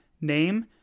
name